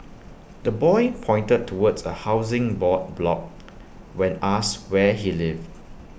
the boy pointed towards A Housing Board block when asked where he lived